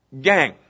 Gang